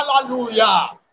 Hallelujah